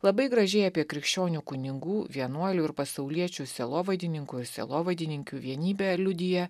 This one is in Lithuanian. labai gražiai apie krikščionių kunigų vienuolių ir pasauliečių sielovadininkų ir sielovadininkių vienybę liudija